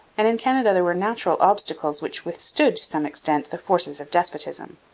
and in canada there were natural obstacles which withstood to some extent the forces of despotism.